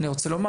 אני רוצה לומר